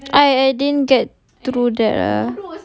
I I didn't get to do that ah